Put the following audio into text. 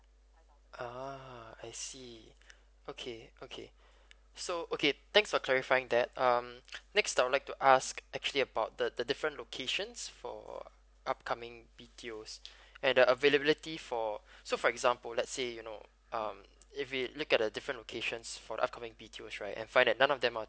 uh I see okay okay so okay thanks for clarifying that um next I'd like to ask actually about the the different locations for upcoming B_T_O and the availability for so for example let's say you know um if it look at the different locations for upcoming B_T_O right and find that none of them